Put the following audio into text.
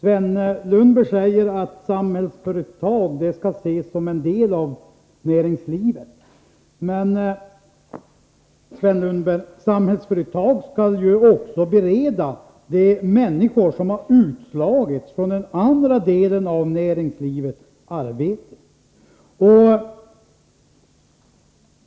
Herr talman! Sven Lundberg säger att Samhällsföretag skall ses som en del av näringslivet. Men, Sven Lundberg, Samhällsföretag skall ju också bereda de människor som har slagits ut från den andra delen av näringslivet arbete.